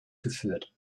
geführt